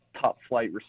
top-flight